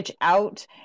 out